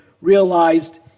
realized